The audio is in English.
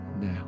now